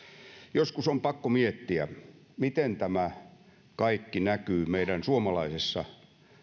joskus on pakko miettiä miten tämä kaikki näkyy meidän suomalaisessa